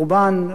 לא המקדש,